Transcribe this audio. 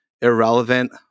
Irrelevant